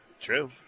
true